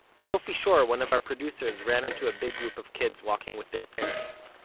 sophie schor, one of our producers, ran into a big group of kids walking with their parents.